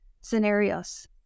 scenarios